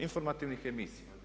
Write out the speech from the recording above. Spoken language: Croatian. Informativnih emisija.